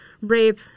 rape